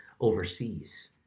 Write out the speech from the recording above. overseas